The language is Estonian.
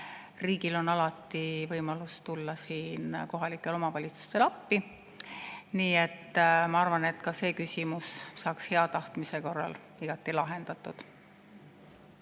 riigil on alati võimalus tulla kohalikele omavalitsustele appi. Nii et ma arvan, et ka see küsimus saaks hea tahtmise korral igati lahendatud.